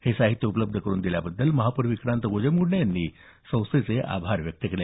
हे साहित्य उपलब्ध करून दिल्याबद्दल महापौर विक्रांत गोजमगुंडे यांनी संस्थेचे आभार व्यक्त केले